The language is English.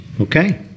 Okay